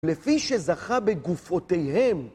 לפי שזכה בגופותיהם.